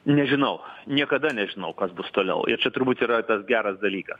nežinau niekada nežinau kas bus toliau ir čia turbūt yra tas geras dalykas